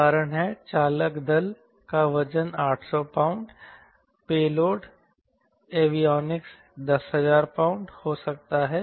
उदाहरण है चालक दल का वजन 800 पाउंड पेलोड एवियोनिक्स 10000 पाउंड हो सकता है